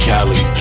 Cali